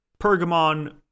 Pergamon